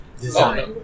design